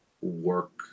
work